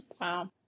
Wow